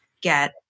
get